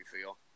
feel